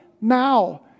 now